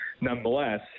nonetheless